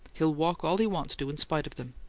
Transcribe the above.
he'll walk all he wants to, in spite of them.